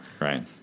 Right